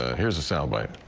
ah here's a sound bite.